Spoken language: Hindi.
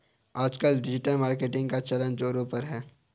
आजकल डिजिटल मार्केटिंग का चलन ज़ोरों पर है